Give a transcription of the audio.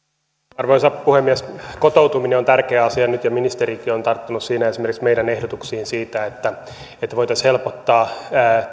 arvoisa puhemies kotoutuminen on tärkeä asia nyt ja ministerikin on on tarttunut siinä esimerkiksi meidän ehdotuksiimme siitä että että voitaisiin helpottaa